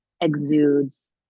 exudes